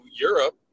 Europe